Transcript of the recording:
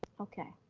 okay,